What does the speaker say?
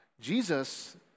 Jesus